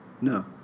No